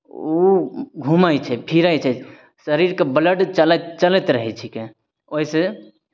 ओ घूमैत छै फिरैत छै शरीरके ब्लड चलैत चलैत रहै छिकै ओहिसँ